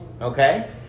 Okay